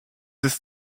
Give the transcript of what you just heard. ist